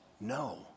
no